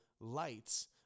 lights